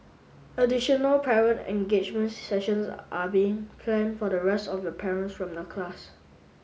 additional parent engagement sessions are being planned for the rest of the parents from the class